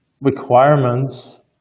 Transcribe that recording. requirements